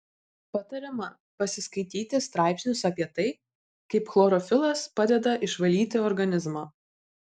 patariama pasiskaityti straipsnius apie tai kaip chlorofilas padeda išvalyti organizmą